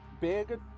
big